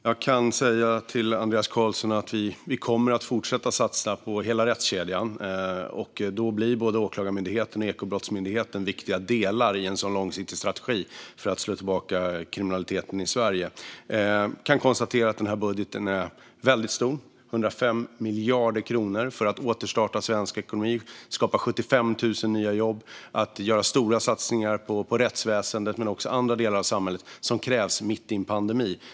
Fru talman! Jag kan till Andreas Carlson säga att vi kommer att fortsätta satsa på hela rättskedjan. Då blir både Åklagarmyndigheten och Ekobrottsmyndigheten viktiga delar i en sådan långsiktig strategi för att slå tillbaka kriminaliteten i Sverige. Jag kan konstatera att denna budget är mycket stor - 105 miljarder kronor - för att återstarta svensk ekonomi, skapa 75 000 nya jobb och göra stora satsningar på rättsväsendet men också på andra delar av samhället som krävs mitt i en pandemi.